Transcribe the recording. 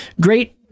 great